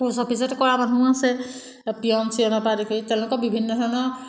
পোচ অফিচত কৰা মানুহো আছে পিয়ন চিয়নৰপৰা আদি কৰি তেওঁলোকৰ বিভিন্ন ধৰণৰ